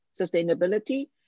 sustainability